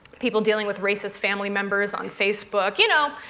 people dealing with racist family members on facebook, you know,